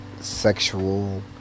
sexual